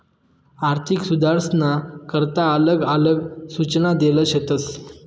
आर्थिक सुधारसना करता आलग आलग सूचना देल शेतस